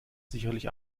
sicherlich